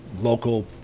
local